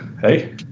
hey